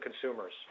Consumers